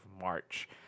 March